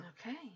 Okay